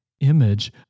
Image